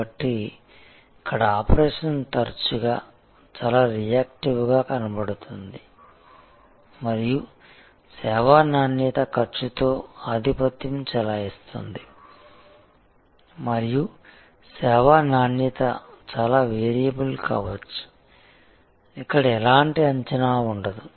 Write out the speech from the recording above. కాబట్టి ఇక్కడ ఆపరేషన్ తరచుగా చాలా రియాక్టివ్గా కనబడుతుంది మరియు సేవా నాణ్యత ఖర్చుతో ఆధిపత్యం చెలాయిస్తుంది మరియు సేవా నాణ్యత చాలా వేరియబుల్ కావచ్చు ఇక్కడ ఎలాంటి అంచనా ఉండదు